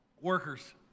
workers